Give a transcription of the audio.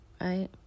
Right